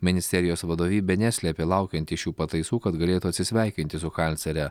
ministerijos vadovybė neslėpė laukianti šių pataisų kad galėtų atsisveikinti su kanclere